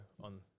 on